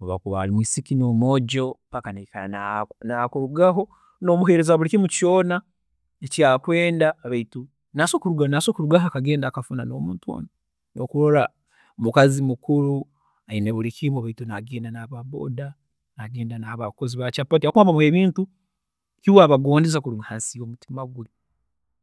obu akuba ari mwisiki n'omwoojo paka naikara naku nakurugaho, nomuheereza buri kintu kyoona okamuha kyoona eki akwenda baitu nasobola kurugayo akafuna n'omuntu ondi, nikyo okuloorra omukazi mukuru ayine buri kimu baitu agenda aba booda, nagenda naba chapati habwokuba iwe omuha ebintu baitu bo abagondeze kuruga hansi y'omutima gwe.